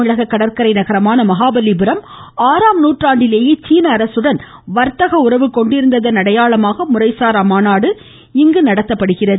தமிழக கடற்கரை நகரமான மகாபலிபுரம் அறாம் நூற்றாண்டிலேயே சீன அரசுடன் வர்த்தக உறவு கொண்டிருந்ததன் அடையாளமாக முறைசாரா மாநாடு இங்கு நடத்தப்படுகிறது